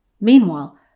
Meanwhile